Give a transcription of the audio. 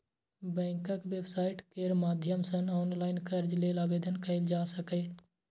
बैंकक वेबसाइट केर माध्यम सं ऑनलाइन कर्ज लेल आवेदन कैल जा सकैए